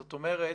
זאת אומרת,